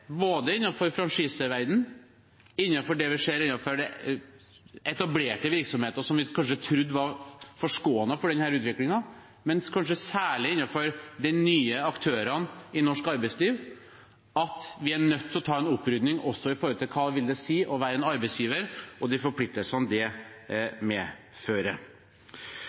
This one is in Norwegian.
både innenfor franchiseverdenen, innenfor etablerte virksomheter som vi kanskje trodde var forskånet for denne utviklingen, og kanskje særlig blant de nye aktørene i norsk arbeidsliv, er at vi er nødt til å ta en opprydning også med tanke på hva det vil si å være en arbeidsgiver, og de forpliktelsene det medfører.